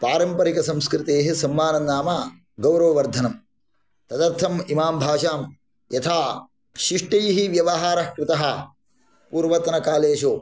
पारम्परिकसंस्कृतेः सम्माननं नाम गौरववर्धनं तदर्थम् इमां भाषां यथा शिष्टैः व्यवहारः कृतः पूर्वतनकालेषु